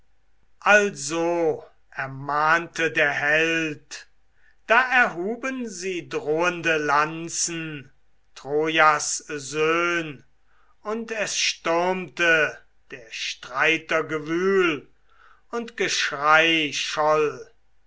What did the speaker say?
also ermahnte der held da erhuben sie drohende lanzen trojas söhn und es stürmte der streiter gewühl und geschrei